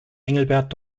engelbert